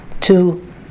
two